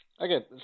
Okay